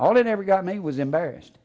all it ever got me was embarrassed